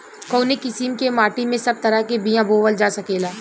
कवने किसीम के माटी में सब तरह के बिया बोवल जा सकेला?